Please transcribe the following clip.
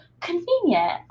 convenient